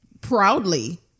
proudly